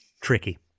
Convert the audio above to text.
tricky